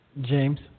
James